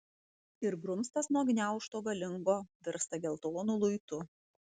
ir grumstas nuo gniaužto galingo virsta geltonu luitu